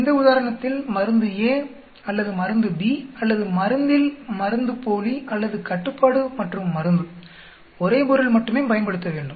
இந்த உதாரணத்தில் மருந்து A அல்லது மருந்து B அல்லது மருந்தில் மருந்துப்போலி அல்லது கட்டுப்பாடு மற்றும் மருந்து ஒரே பொருள் மட்டுமே பயன்படுத்த வேண்டும்